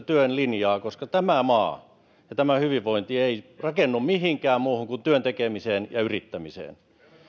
työn linjaa koska tämä maa ja tämä hyvinvointi ei rakennu mihinkään muuhun kuin työn tekemiseen ja yrittämiseen